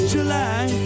July